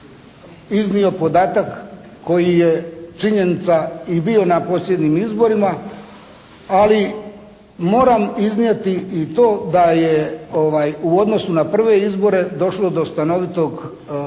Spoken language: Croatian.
iznio podatak koji je činjenica i bio na posljednjim izborima. Ali moram iznijeti i to da je u odnosu na prve izbore došlo do stanovitog